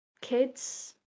kids